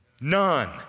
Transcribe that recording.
None